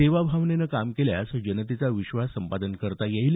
सेवाभावनेनं कामं केल्यास जनतेचा विश्वास संपादन करता येईल